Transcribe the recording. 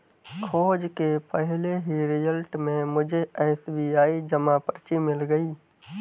खोज के पहले ही रिजल्ट में मुझे एस.बी.आई जमा पर्ची मिल गई